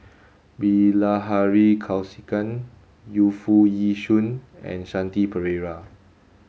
Bilahari Kausikan Yu Foo Yee Shoon and Shanti Pereira